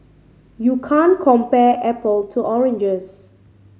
you can't compare apple to oranges